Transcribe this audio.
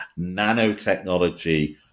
nanotechnology